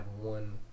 one